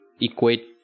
equate